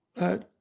right